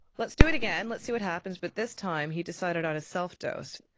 let's do it again, let's see what happens. but this time he decided on a self-dose.